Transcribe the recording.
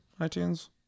itunes